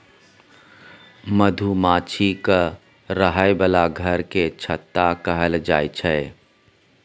मधुमाछीक रहय बला घर केँ छत्ता कहल जाई छै